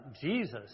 Jesus